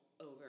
over